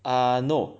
uh no